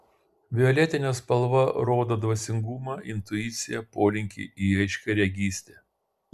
violetinė spalva rodo dvasingumą intuiciją polinkį į aiškiaregystę